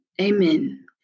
amen